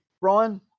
Brian